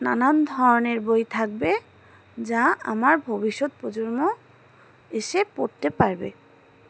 নানান ধরনের বই থাকবে যা আমার ভবিষ্যৎ প্রজন্ম এসে পড়তে পারবে